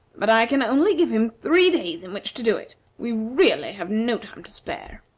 but i can only give him three days in which to do it. we really have no time to spare.